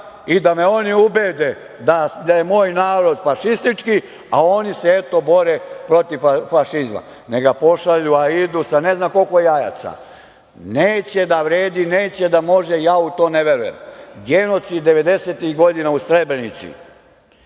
i da me oni ubede da je moj narod fašistički, a oni se, eto, bore protiv fašizma. Neka pošalju Aidu, sa ne znam koliko jajaca, neće da vredi, neće da može, ja u to ne verujem - genocid devedesetih godina u Srebrenici. Mogu